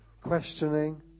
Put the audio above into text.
questioning